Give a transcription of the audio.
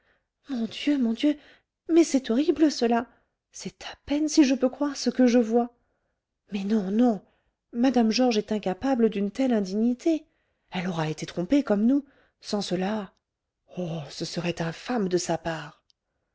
mon dieu mon dieu mais c'est horrible cela c'est à peine si je peux croire ce que je vois mais non non mme georges est incapable d'une telle indignité elle aura été trompée comme nous sans cela oh ce serait infâme de sa part